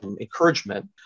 encouragement